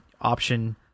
option